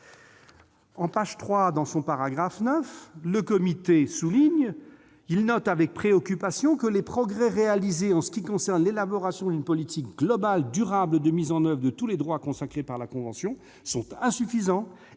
nationale ». Au paragraphe 9, « le Comité note avec préoccupation que les progrès réalisés en ce qui concerne l'élaboration d'une politique globale durable de mise en oeuvre de tous les droits consacrés par la Convention sont insuffisants